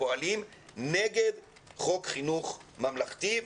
פועלים נגד חינוך ממלכתי,